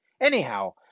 Anyhow